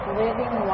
living